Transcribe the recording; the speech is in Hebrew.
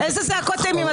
איזה זעקות אימים?